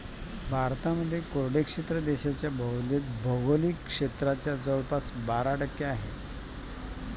भारतामध्ये कोरडे क्षेत्र देशाच्या भौगोलिक क्षेत्राच्या जवळपास बारा टक्के आहे